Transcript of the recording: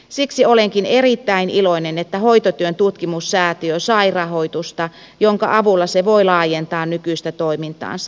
siksi olenkin erittäin iloinen että hoitotyön tutkimussäätiö sai rahoitusta jonka avulla se voi laajentaa nykyistä toimintaansa